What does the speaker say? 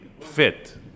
fit